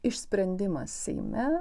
išsprendimas seime